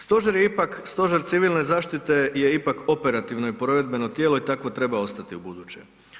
Stožer je ipak, Stožer civilne zaštite je ipak operativno i provedbeno tijelo i takvo treba ostati u buduće.